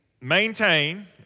maintain